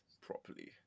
properly